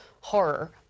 horror